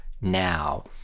now